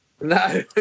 No